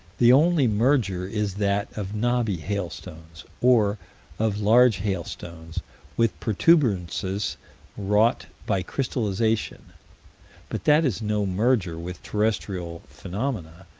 the only merger is that of knobby hailstones, or of large hailstones with protuberances wrought by crystallization but that is no merger with terrestrial phenomena,